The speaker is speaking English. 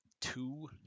two